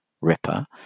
ripper